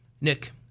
Nick